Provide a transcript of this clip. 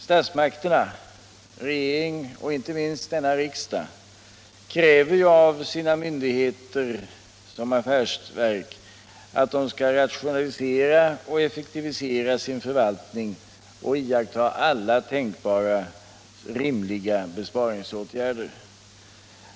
Statsmakterna — regeringen och inte minst denna riksdag — kräver av sina myndigheter och affärsverk att de skall rationalisera och effektivisera sin förvaltning och vidta alla tänkbara rimliga besparingsåtgärder.